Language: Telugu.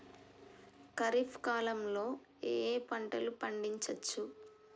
ఖరీఫ్ కాలంలో ఏ ఏ పంటలు పండించచ్చు?